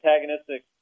antagonistic